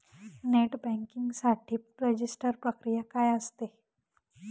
Net banking साठी register प्रक्रिया काय असते?